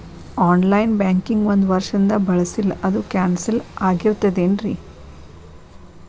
On line banking ಒಂದ್ ವರ್ಷದಿಂದ ಬಳಸಿಲ್ಲ ಅದು ಕ್ಯಾನ್ಸಲ್ ಆಗಿರ್ತದೇನ್ರಿ?